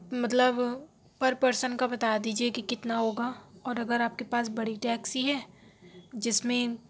مطلب پر پرسن کا بتا دیجیے کہ کتنا ہوگا اور اگر آپ کے پاس بڑی ٹیکسی ہے جس میں